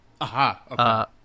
Aha